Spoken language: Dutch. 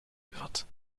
bevat